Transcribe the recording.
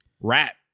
rap